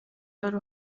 wari